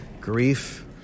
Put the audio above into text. grief